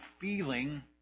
feeling